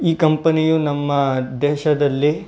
ಈ ಕಂಪನಿಯು ನಮ್ಮ ದೇಶದಲ್ಲಿ